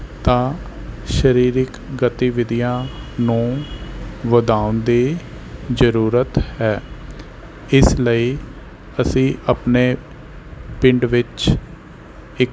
ਤਾਂ ਸਰੀਰਕ ਗਤੀਵਿਧੀਆਂ ਨੂੰ ਵਧਾਉਣ ਦੀ ਜ਼ਰੂਰਤ ਹੈ ਇਸ ਲਈ ਅਸੀਂ ਆਪਣੇ ਪਿੰਡ ਵਿੱਚ ਇੱਕ